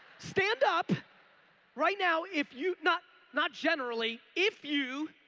stand up right now if you not not generally if you,